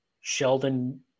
Sheldon